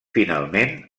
finalment